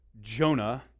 Jonah